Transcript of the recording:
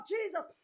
Jesus